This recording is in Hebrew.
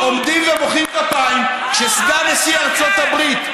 עומדים ומוחאים כפיים כשסגן נשיא ארצות הברית,